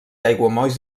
aiguamolls